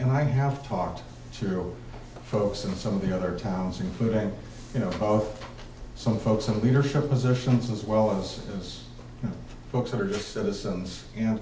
and i have talked to folks in some of the other towns including you know both some folks in the leadership positions as well as those folks that are just citizens you know